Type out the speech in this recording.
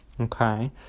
Okay